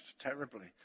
terribly